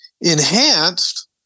Enhanced